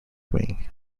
wing